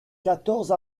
quatorze